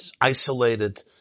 isolated